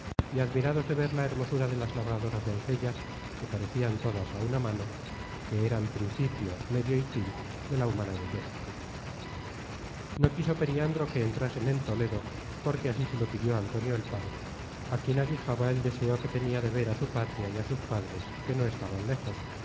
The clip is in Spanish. y admirados de ver la hermosura de las labradoras doncellas que parecian todas á una mano que eran principio medio y fin de la humana belleza no quiso periandro que entrasen en toledo porque así se lo pidió antonio el padre á quien aguijaba el deseo que tenia de ver á su patria y á sus padres que no estaban léjos